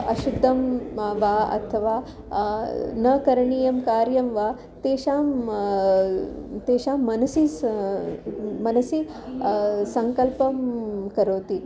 अशुद्धं म वा अथवा न करणीयं कार्यं वा तेषां तेषां मनसि स मनसि सङ्कल्पं करोति